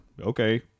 Okay